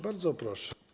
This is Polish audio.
Bardzo proszę.